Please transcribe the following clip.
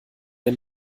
der